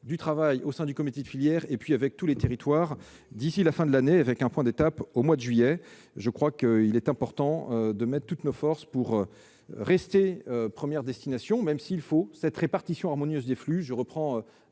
du travail au comité de filière, avec tous les territoires, d'ici à la fin de l'année, avec un point d'étape au mois de juillet. Je crois qu'il est important de mettre toutes nos forces pour que la France reste la première destination, même s'il faut une répartition harmonieuse des flux- je reprends